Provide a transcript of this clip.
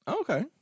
Okay